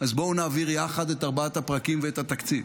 אז בואו נעביר יחד את ארבעת הפרקים ואת התקציב.